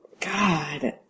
God